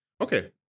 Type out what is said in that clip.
Okay